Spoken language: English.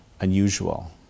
unusual